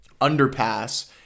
underpass